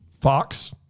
fox